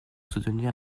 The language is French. soutenir